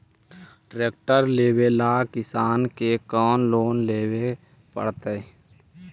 Tractor लेवेला किसान के कौन लोन लेवे पड़तई?